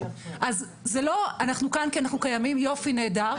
אז זה לא, אנחנו כאן כי אנחנו קיימים, יופי, נהדר.